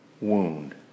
wound